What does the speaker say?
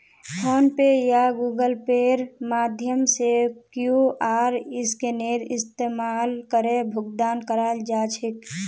phone पे या गूगल पेर माध्यम से क्यूआर स्कैनेर इस्तमाल करे भुगतान कराल जा छेक